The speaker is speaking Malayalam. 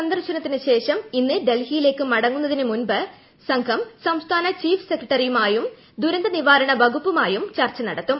സന്ദർശനത്തിന് ശേഷം ഇന്ന് ഡൽഹിയിലേക്ക് മടങ്ങുന്നതിനു മുൻപ് സംഘം സംസ്ഥാന ചീഫ് സെക്രട്ടറിയുമായും ദുരന്ത നിവാരണ വകുപ്പുമായും ചർച്ച നടത്തും